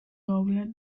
obra